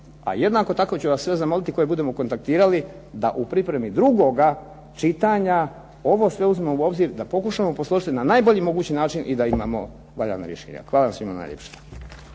a jednako tako ću vas sve zamoliti koje budemo kontaktirali da u pripremi drugoga čitanja ovo sve uzmemo u obzir, da pokušamo posložiti na najbolji mogući način i da imamo valjana rješenja. Hvala vam svima najljepša.